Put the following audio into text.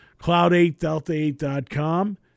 Cloud8Delta8.com